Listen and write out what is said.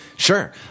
Sure